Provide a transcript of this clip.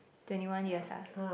twenty one years ah